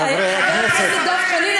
חבר הכנסת דב חנין,